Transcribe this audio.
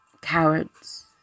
Cowards